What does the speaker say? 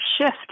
shift